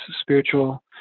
spiritual